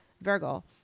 Virgo